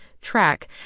track